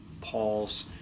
Paul's